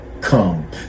come